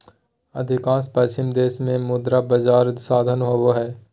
अधिकांश पश्चिमी देश में मुद्रा बजार साधन होबा हइ